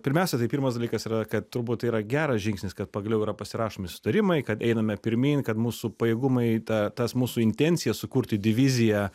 pirmiausia tai pirmas dalykas yra kad turbūt tai yra geras žingsnis kad pagaliau yra pasirašomi susitarimai kad einame pirmyn kad mūsų pajėgumai ta tas mūsų intencija sukurti diviziją